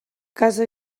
casa